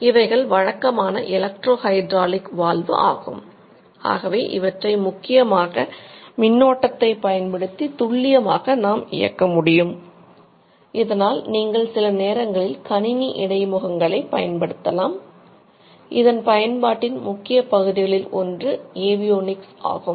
இவைகள் வழக்கமான electro hydraulic valve செலுத்த முடியும்